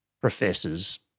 professors